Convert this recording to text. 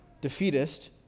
defeatist